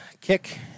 kick